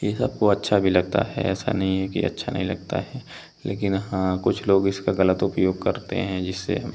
यह सबको अच्छा भी लगता है ऐसा नहीं है कि अच्छा नहीं लगता है लेकिन हाँ कुछ लोग इसका ग़लत उपयोग करते हैं जैसे